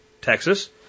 Texas